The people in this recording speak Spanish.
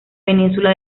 península